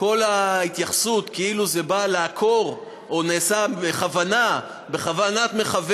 כל ההתייחסות כאילו זה בא לעקור או נעשה בכוונת מכוון,